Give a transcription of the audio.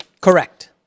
Correct